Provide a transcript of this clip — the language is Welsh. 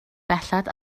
belled